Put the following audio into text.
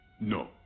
No